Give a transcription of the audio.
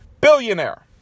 billionaire